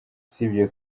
usibye